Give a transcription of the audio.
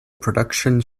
production